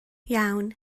iawn